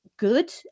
good